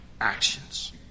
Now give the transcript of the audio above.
actions